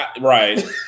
right